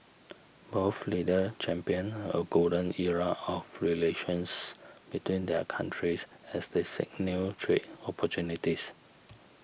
both leaders championed a golden era of relations between their countries as they seek new trade opportunities